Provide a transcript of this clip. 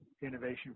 innovation